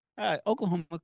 Oklahoma